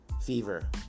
fever